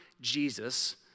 Jesus